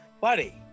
buddy